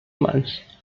months